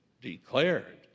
declared